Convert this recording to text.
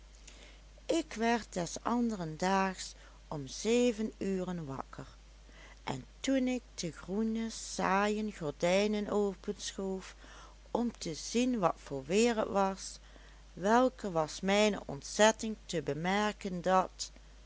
ik werd des anderen daags om zeven uren waker en toen ik de groene saaien gordijnen openschoof om te zien wat voor weer het was welke was mijne ontzetting te bemerken dat